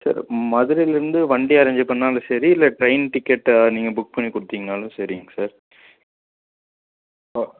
sir மதுரைலயிருந்து வண்டி arrange பண்ணாலும் சரி இல்லை ட்ரெயின் டிக்கெட்டை நீங்கள் புக் பண்ணி கொடுத்தீங்கன்னாலும் சரிங்க சார் ஓ